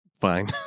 fine